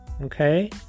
okay